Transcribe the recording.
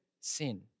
sin